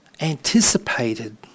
anticipated